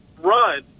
run